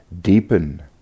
deepen